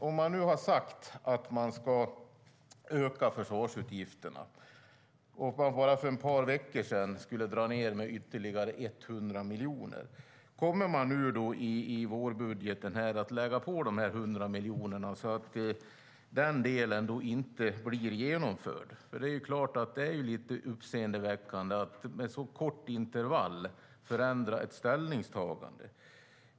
Om man nu har sagt att man ska öka försvarsutgifterna - för bara ett par veckor sedan skulle man dra ned dem med ytterligare 100 miljoner - kommer man då i vårbudgeten att lägga på dessa 100 miljoner så att den delen inte blir genomförd? Det är lite uppseendeväckande att man med ett så kort intervall förändrar ett ställningstagande.